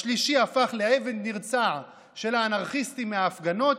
השלישי הפך לעבד נרצע של האנרכיסטים מההפגנות,